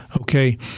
Okay